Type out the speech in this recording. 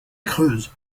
creuse